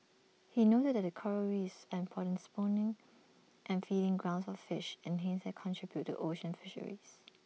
he noted that Coral reefs and important spawning and feeding grounds for fish and hence they contribute to ocean fisheries